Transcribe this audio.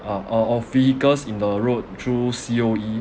uh or of vehicles in the road through C_O_E